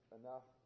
enough